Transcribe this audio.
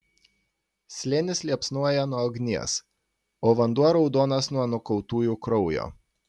slėnis liepsnoja nuo ugnies o vanduo raudonas nuo nukautųjų kraujo